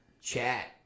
Chat